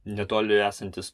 netoli esantis